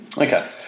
Okay